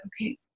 okay